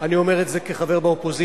אני אומר את זה כחבר באופוזיציה,